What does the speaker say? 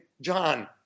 John